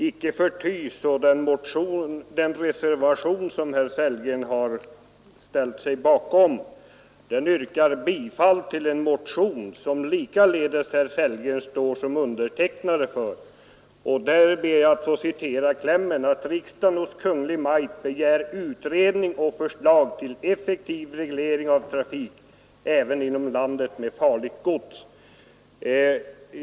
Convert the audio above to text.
Icke förty yrkas det i den reservation som herr Sellgren har ställt sig bakom bifall till en motion, som likaledes herr Sellgren står som undertecknare av, där det hemställs att riksdagen hos Kungl. Maj:t begär utredning och förslag till effektiv reglering av trafik även inom landet med farligt gods.